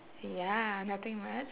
ya nothing much